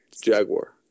Jaguar